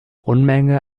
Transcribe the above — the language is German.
unmenge